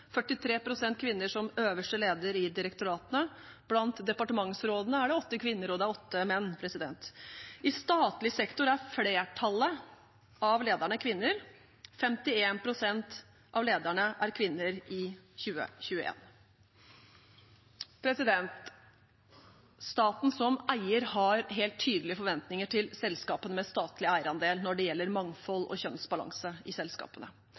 kvinner som øverste leder i direktoratene. Blant departementsrådene er det åtte kvinner, og det er åtte menn. I statlig sektor er flertallet av lederne kvinner. 51 pst. av lederne er kvinner i 2021. Staten som eier har helt tydelige forventninger til selskaper med statlig eierandel når det gjelder mangfold og kjønnsbalanse i selskapene.